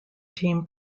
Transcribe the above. team